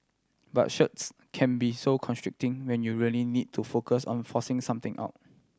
but shirts can be so constricting when you really need to focus on forcing something out